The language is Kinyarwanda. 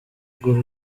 guha